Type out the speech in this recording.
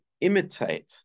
imitate